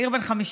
יאיר בן 57,